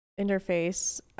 interface